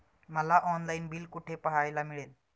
मला online bill कुठे पाहायला मिळेल?